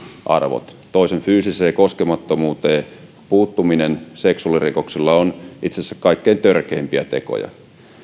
arvot toisen fyysiseen koskemattomuuteen puuttuminen seksuaalirikoksella on itse asiassa kaikkein törkeimpiä tekoja